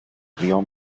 río